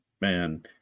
man